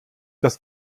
das